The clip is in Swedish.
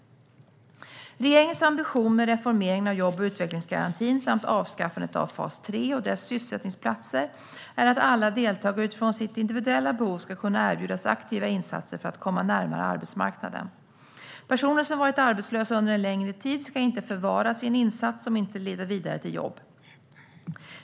Regeringens ambition med reformeringen av jobb och utvecklingsgarantin samt avskaffandet av fas 3 och dess sysselsättningsplatser är att alla deltagare utifrån sina individuella behov ska kunna erbjudas aktiva insatser för att komma närmare arbetsmarknaden. Personer som varit arbetslösa under en längre tid ska inte förvaras i en insats som inte leder vidare till jobb.